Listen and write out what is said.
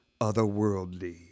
otherworldly